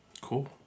Cool